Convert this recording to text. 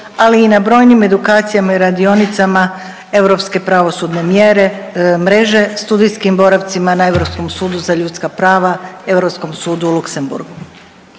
ali i na brojnim edukacijama i radionicama Europske pravosudne mreže, studijskim boravcima na Europskom sudu za ljudska prava, Europskom sudu u Luxemburgu.